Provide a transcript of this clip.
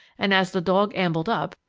and, as the dog ambled up,